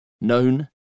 known